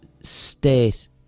state